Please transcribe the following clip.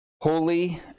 holy